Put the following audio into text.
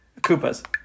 Koopas